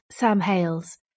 samhales